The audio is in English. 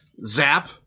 Zap